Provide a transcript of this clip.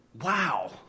Wow